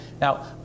Now